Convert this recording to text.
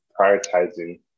prioritizing